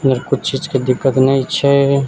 इधर किछु चीजके दिक्कत नहि छै